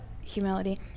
Humility